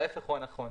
ההפך הוא הנכון.